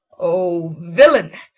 o villain!